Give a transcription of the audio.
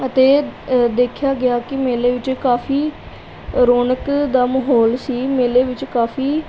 ਅਤੇ ਦੇਖਿਆ ਗਿਆ ਕਿ ਮੇਲੇ ਵਿੱਚ ਕਾਫੀ ਰੌਣਕ ਦਾ ਮਾਹੌਲ ਸੀ ਮੇਲੇ ਵਿੱਚ ਕਾਫੀ